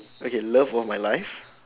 okay love of my life